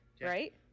right